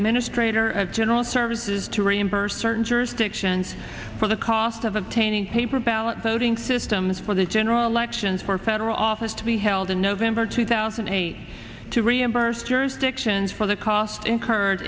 that ministry in her general services to reimburse certain jurisdictions for the cost of obtaining paper ballot voting systems for the general elections for federal office to be held in november two thousand and eight to reimburse jurisdictions for the cost incurred